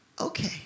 okay